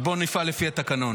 ובואו נפעל לפי התקנון.